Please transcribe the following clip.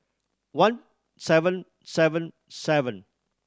one seven seven seven